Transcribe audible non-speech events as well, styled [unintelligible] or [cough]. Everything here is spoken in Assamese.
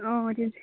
অঁ [unintelligible]